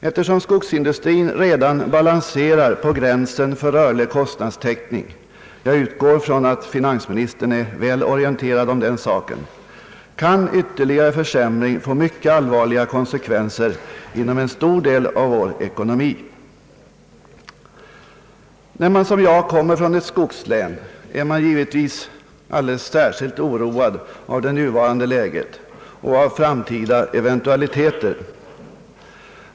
Eftersom skogsindustrin redan balanserar på gränsen för rörlig kostnadstäckning — jag utgår ifrån att finansministern är väl orienterad om den saken — kan ytterligare försämring få mycket allvarliga konsekvenser inom en stor del av vår ekonomi. När man som jag kommer från ett skogslän är man givetvis alldeles sär skilt oroad av det nuvarande läget och av framtida eventualiteter.